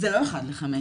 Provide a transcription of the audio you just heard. זה לא אחד לחמש,